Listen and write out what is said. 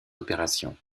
opérations